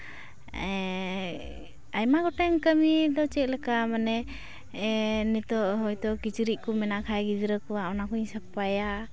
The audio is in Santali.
ᱟᱭᱢᱟ ᱜᱚᱴᱟᱝ ᱠᱟᱹᱢᱤ ᱫᱚ ᱪᱮᱫᱞᱮᱠᱟ ᱢᱟᱱᱮ ᱱᱤᱛᱳᱜ ᱦᱳᱭᱛᱳ ᱠᱤᱪᱨᱤᱡ ᱠᱚ ᱢᱮᱱᱟᱜ ᱠᱷᱟᱱ ᱜᱤᱫᱽᱨᱟᱹ ᱠᱚᱣᱟᱜ ᱚᱱᱟ ᱠᱚᱧ ᱥᱟᱯᱟᱭᱟ